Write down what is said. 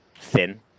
thin